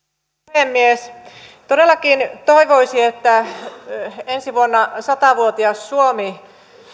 puhemies todellakin toivoisi että kun ensi vuonna on sata vuotias suomi